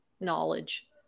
knowledge